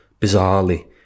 bizarrely